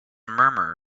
murmur